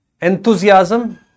Enthusiasm